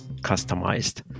customized